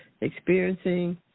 experiencing